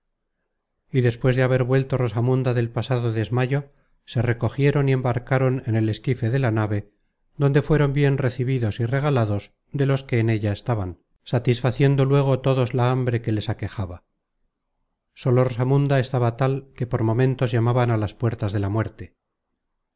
y despues de haber vuelto rosamunda del pasado desmayo se recogieron y embarcaron en el esquife de la nave donde fueron bien recebidos y regalados de los que en ella estaban satisfaciendo luego todos la hambre que les aquejaba sólo rosamunda estaba tal que por momentos llamaba á las puertas de la muerte